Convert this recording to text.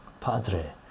Padre